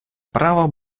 право